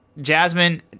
Jasmine